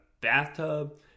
bathtub